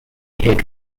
hid